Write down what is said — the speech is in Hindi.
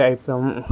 टाइप का